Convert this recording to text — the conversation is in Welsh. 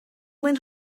mwyn